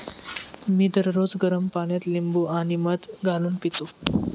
मी दररोज गरम पाण्यात लिंबू आणि मध घालून पितो